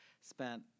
spent